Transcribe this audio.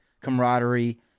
camaraderie